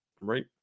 right